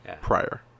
prior